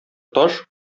таш